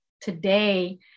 today